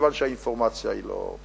מכיוון שהאינפורמציה היא לא,